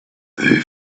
they